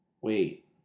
Wait